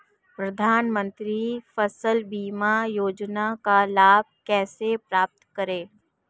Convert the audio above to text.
प्रधानमंत्री फसल बीमा योजना का लाभ कैसे प्राप्त करें?